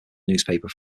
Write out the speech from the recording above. newspaper